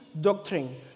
doctrine